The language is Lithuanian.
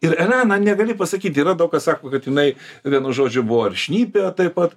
ir elena negali pasakyt yra daug kas sako kad jinai vienu žodžiu buvo ar šnipė taip pat